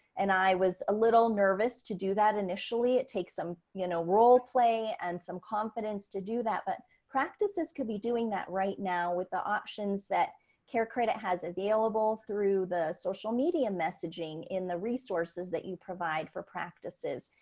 and i was a little nervous to do that. initially it takes some. you know, play and some confidence to do that, but practices could be doing that right now with the options that care credit has available through the social media messaging, in the resources that you provide for practices,